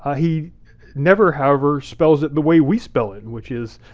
ah he never however spells it the way we spell it, which is